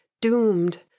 doomed